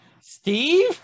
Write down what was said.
Steve